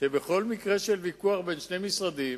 שבכל מקרה של ויכוח בין שני משרדים,